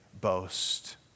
boast